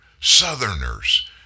southerners